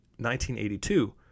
1982